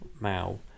Mao